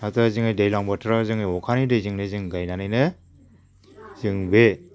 नाथाय जोङो दैलां बोथोराव जोङो अखानि दैजोंनो जों गायनानैनो जों बे